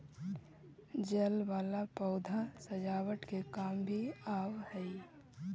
जल वाला पौधा सजावट के काम भी आवऽ हई